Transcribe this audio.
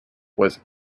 was